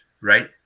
right